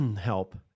help